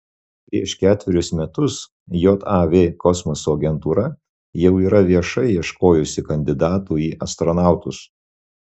prieš ketverius metus jav kosmoso agentūra jau yra viešai ieškojusi kandidatų į astronautus